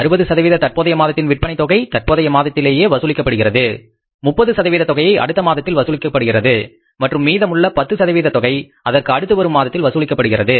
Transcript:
60 சதவீத தற்போதைய மாதத்தின் விற்பனை தொகை தற்போதைய மாதத்திலேயே வசூலிக்கப்படுகிறது 30 சதவீத தொகையை அடுத்த மாதத்தில் வசூலிக்கப்படுகிறது மற்றும் மீதமுள்ள 10 சதவீத தொகை அதற்கு அடுத்த மாதத்தில் வசூலிக்கப்படுகிறது